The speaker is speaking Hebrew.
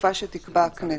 "בתקופה שתקבע הכנסת".